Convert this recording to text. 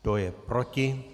Kdo je proti?